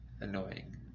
annoying